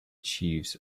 chiefs